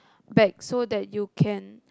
back so that you can